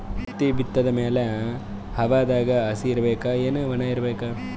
ಹತ್ತಿ ಬಿತ್ತದ ಮ್ಯಾಲ ಹವಾದಾಗ ಹಸಿ ಇರಬೇಕಾ, ಏನ್ ಒಣಇರಬೇಕ?